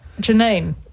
Janine